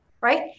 right